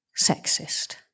sexist